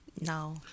no